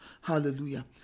Hallelujah